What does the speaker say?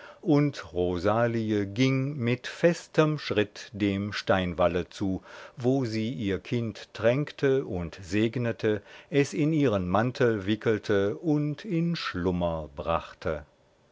und rosalie ging mit festem schritt dem steinwalle zu wo sie ihr kind tränkte und segnete es in ihren mantel wickelte und in schlummer brachte